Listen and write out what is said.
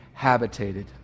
habitated